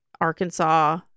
arkansas